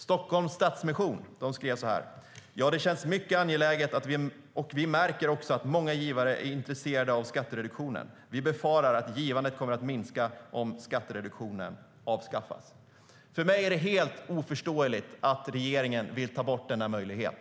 Stockholms Stadsmission skrev: Ja, det känns mycket angeläget, och vi märker också att många givare är intresserade av skattereduktionen. Vi befarar att givandet kommer att minska om skattereduktionen avskaffas. För mig är det helt oförståeligt att regeringen vill ta bort denna möjlighet.